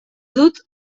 dut